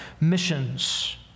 missions